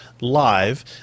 live